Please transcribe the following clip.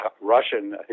Russian